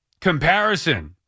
comparison